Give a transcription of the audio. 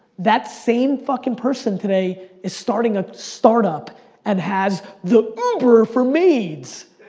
that same fucking person today is starting a start-up and has the uber for maids.